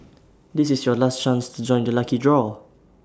this is your last chance to join the lucky draw